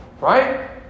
right